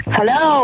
Hello